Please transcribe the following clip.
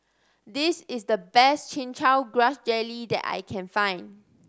this is the best Chin Chow Grass Jelly that I can find